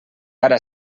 ara